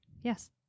Yes